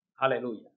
Hallelujah